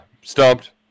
Stumped